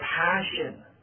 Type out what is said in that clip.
passion